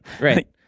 right